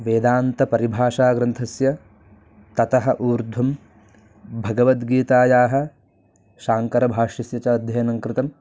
वेदान्तपरिभाषा ग्रन्थस्य ततः ऊर्ध्वं भगवद्गीतायाः शाङ्करभाष्यस्य च अध्ययनं कृतम्